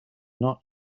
not